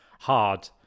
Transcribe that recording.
hard